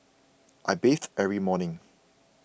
I bathe every morning